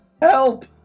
Help